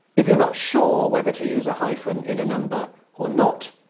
if you're not sure whether to use a hyphen in a number or not,